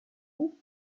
vous